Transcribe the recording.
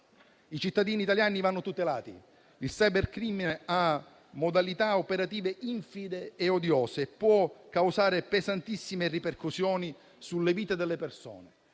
I cittadini italiani devono essere tutelati. Il cybercrimine ha modalità operative infide e odiose e può causare pesantissime ripercussioni sulla vita delle persone.